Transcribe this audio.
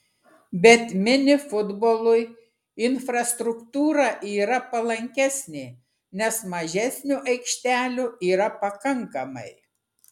bet mini futbolui infrastruktūra yra palankesnė nes mažesniu aikštelių yra pakankamai